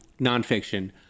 nonfiction